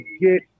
get